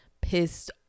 pissed